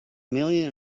million